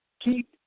keep